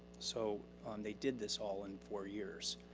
so they did this all in four years.